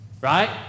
right